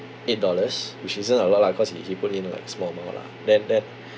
eight dollars which isn't a lot lah cause he he put in like small amount lah then then